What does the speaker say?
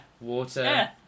Water